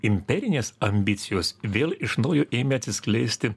imperinės ambicijos vėl iš naujo ėmė atsiskleisti